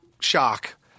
shock